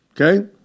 Okay